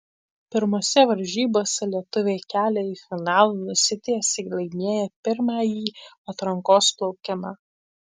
pirmose varžybose lietuviai kelią į finalą nusitiesė laimėję pirmąjį atrankos plaukimą